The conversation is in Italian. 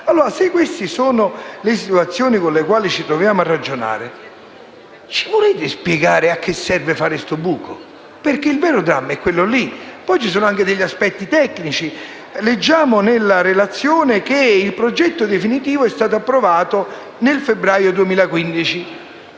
Frejus. Se queste sono le situazioni sulle quali ci troviamo a ragionare, ci volete spiegare a che serve fare il buco? È questo il vero dramma. Poi ci sono anche degli aspetti tecnici: leggiamo nella relazione che il progetto definitivo è stato approvato nel febbraio 2015.